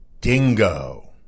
dingo